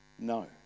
No